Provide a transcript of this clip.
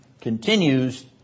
continues